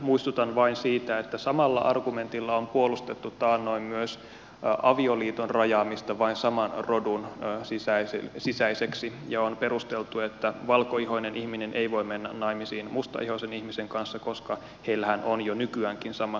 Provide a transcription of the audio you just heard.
muistutan vain siitä että samalla argumentilla on puolustettu taannoin myös avioliiton rajaamista vain saman rodun sisäiseksi ja on perusteltu sitä että valkoihoinen ihminen ei voi mennä naimisiin mustaihoisen ihmisen kanssa siten että heillähän on jo nykyäänkin samat oikeudet